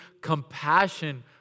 compassion